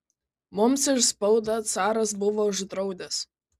mums ir spaudą caras buvo uždraudęs